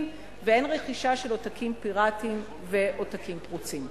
ואין רכישה של עותקים פיראטיים ועותקים פרוצים.